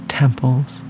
temples